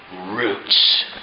roots